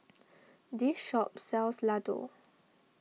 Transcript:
this shop sells Ladoo